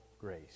grace